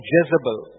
Jezebel